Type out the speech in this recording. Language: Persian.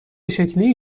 شکلی